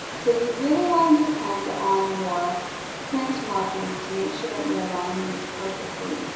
so, you really want to depend on your print markings to make sure that you align these perfectly.